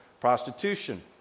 prostitution